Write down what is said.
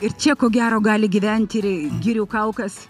ir čia ko gero gali gyventi ir girių kaukas